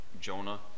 Jonah